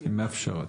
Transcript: מאפשרת.